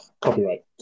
copyright